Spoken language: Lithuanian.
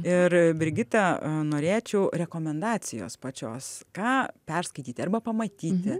ir brigita norėčiau rekomendacijos pačios ką perskaityti arba pamatyti